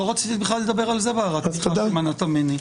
לא רציתי לדבר על זה בהערת הפתיחה שמנעת ממני.